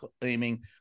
claiming